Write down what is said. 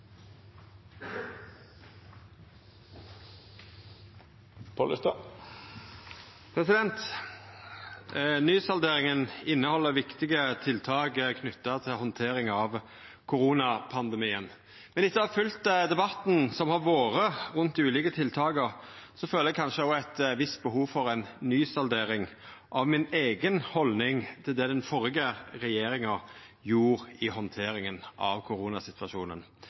Nysalderinga inneheld viktige tiltak knytte til handteringa av koronapandemien. Men etter å ha følgt debatten som har vore rundt dei ulike tiltaka, føler eg kanskje òg eit visst behov for ei nysaldering av mi eiga haldning til det den førre regjeringa gjorde i handteringa av